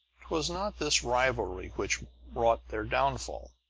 twas not this rivalry which wrought their downfall,